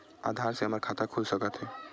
आधार से हमर खाता खुल सकत हे?